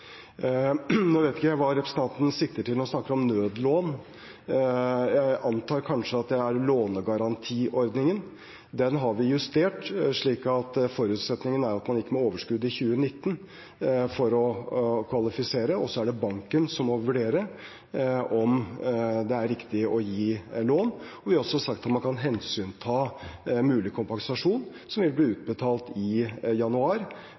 Nå vet jeg ikke hva representanten sikter til når han snakker om nødlån. Jeg antar kanskje at det er lånegarantiordningen. Den har vi justert slik at forutsetningen er at man ikke må ha hatt overskudd i 2019 for å kvalifisere, og så er det banken som må vurdere om det er riktig å gi lån. Vi har også sagt at man kan hensynta mulig kompensasjon som vil bli utbetalt i januar